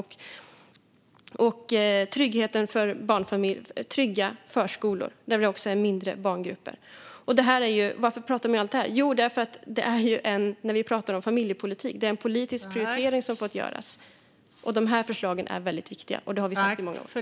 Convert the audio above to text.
Det gäller bland annat trygga förskolor med mindre barngrupper. Varför pratar jag om allt detta? Jo, därför att i fråga om familjepolitiken har en politisk prioritering gjorts. Dessa förslag är viktiga, och det har vi sagt i många år.